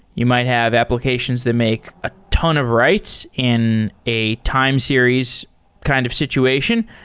you might have applications that make a ton of writes in a time series kind of situation.